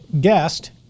guest